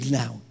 now